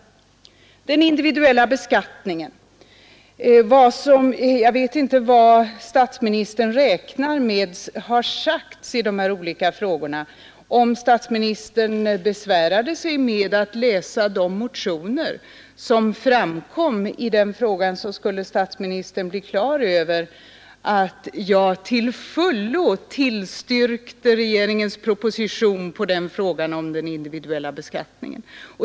Så till frågan om den individuella beskattningen. Jag vet inte vad statsministern räknar av det som har sagts i olika frågor, men om statsministern besvärade sig med att läsa de motioner som berörde individuell beskattning, så skulle statsministern bli klar över att jag till fullo tillstyrkte regeringens proposition på den punkten.